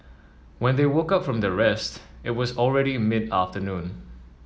when they woke up from their rest it was already mid afternoon